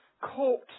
caught